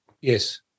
Yes